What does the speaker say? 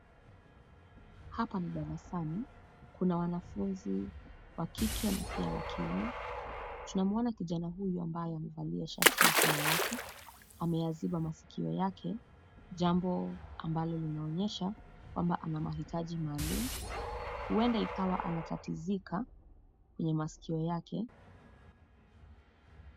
Hapa ni darasani, kuna wanafunzi wa kike na pia wa kiume. Tunamuona kijana huyu ambaye amevalia shati ya samawati ameyaziba masikio yake jambo ambalo linaonyesha kwamba ana mahitaji maalum. Huenda ikawa anatatizika kwenye masikio yake .